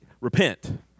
repent